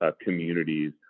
communities